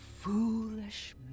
foolish